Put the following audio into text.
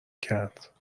کرد